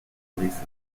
leases